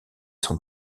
son